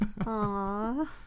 Aww